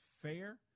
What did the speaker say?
fair